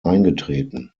eingetreten